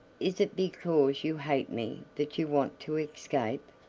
is it because you hate me that you want to escape?